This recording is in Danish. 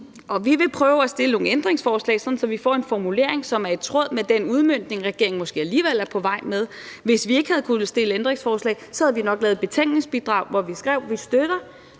Vi vil prøve at stille nogle ændringsforslag, sådan at vi får en formulering, som er i tråd med den udmøntning, som regeringen måske alligevel er på vej med. Hvis vi ikke havde kunnet stille ændringsforslag, havde vi nok lavet et betænkningsbidrag, hvor vi skrev, at vi støtter